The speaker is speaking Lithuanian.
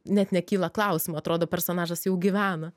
net nekyla klausimų atrodo personažas jau gyvena